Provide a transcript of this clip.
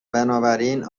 بنابراین